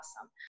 awesome